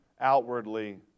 outwardly